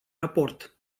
raport